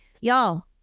Y'all